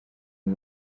aza